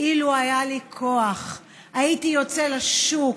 "אילו היה לי כוח הייתי יוצא לשוק,